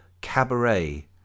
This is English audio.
Cabaret